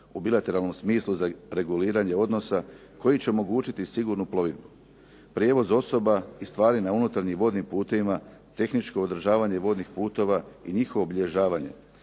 u bilateralnom smislu za reguliranje odnosa koji će omogućiti sigurnu plovidbu, prijevoz osoba i stvari na unutarnjim vodnim putovima, tehničko održavanje vodnih putova i njihovo obilježavanje.